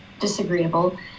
disagreeable